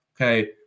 okay